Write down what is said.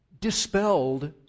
dispelled